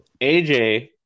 AJ